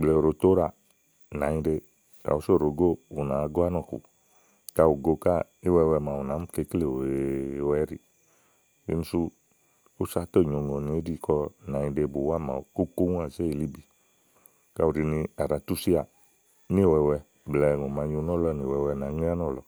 Blɛ̀ɛ ò ɖòo to úɖà nànyiɖe, ka ùú so ɖòo góò, ù nàáá gò áŋɔ̀kùu, ka ù go káà iwɛwɛ màawu nàáá mi kè íkle wèewɛ ɛ́ɖìì, kíni súù úsa á tò nyòo ùŋonì íɖì kɔ nànyiɖe bùwà màaɖu kóŋú kóŋú àzéìlíbi, ka ù ɖi ni à ɖa túsiàà, níìwɛ wɛ blɛ̀ɛ ùŋò màa nyo nɔ̀lɔ nì wɛwɛ ŋe ánɔ̀lɔ.